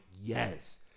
yes